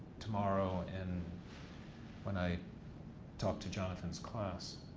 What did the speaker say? tomorrow and when i talk to jonathan's class.